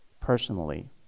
personally